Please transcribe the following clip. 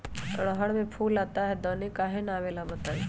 रहर मे फूल आता हैं दने काहे न आबेले बताई?